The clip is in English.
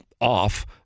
off